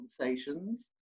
conversations